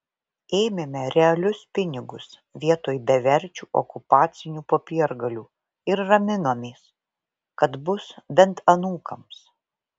ėmėme realius pinigus vietoj beverčių okupacinių popiergalių ir raminomės kad bus bent anūkams